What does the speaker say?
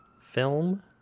film